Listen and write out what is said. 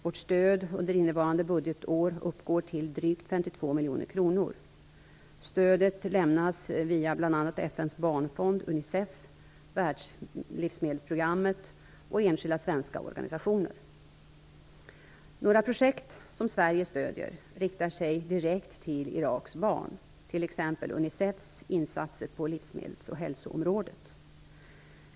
Vårt stöd under innevarande budgetår uppgår till drygt 52 miljoner kronor. Stödet lämnas via bl.a. FN:s barnfond Unicef, världslivsmedelsprogammet och enskilda svenska organisationer. Några projekt som Sverige stöder riktar sig direkt till Iraks barn, t.ex. Unicefs insatser på livsmedelsoch hälsoområdet.